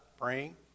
praying